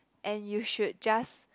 and you should just